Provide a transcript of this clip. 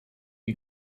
you